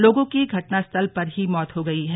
लोगो की घटना स्थल पर ही मौत हो गई है